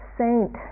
saint